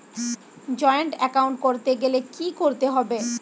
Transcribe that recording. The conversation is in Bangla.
জয়েন্ট এ্যাকাউন্ট করতে গেলে কি করতে হবে?